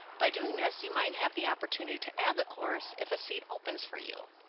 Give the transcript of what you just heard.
by doing this you might have the opportunity to add the course if a seat opens for you.